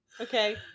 Okay